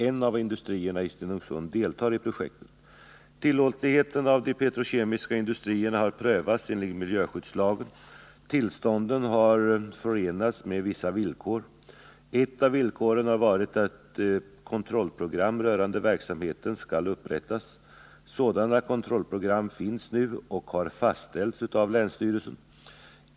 En av industrierna i Stenungsund deltar i projektet. Tillåtligheten av de petrokemiska industrierna har prövats enligt miljöskyddslagen. Tillstånden har förenats med vissa villkor. Ett av villkoren har varit att kontrollprogram rörande verksamheten skall upprättas. Sådana kontrollprogram finns nu och har fastställts av länsstyrelsen.